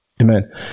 Amen